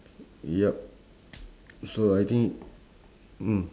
ya so I think mm